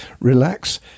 relax